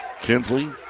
Kinsley